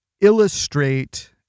illustrate